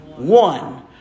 One